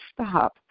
stop